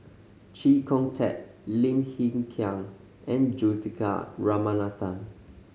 Chee Kong Tet Lim Hng Kiang and Juthika Ramanathan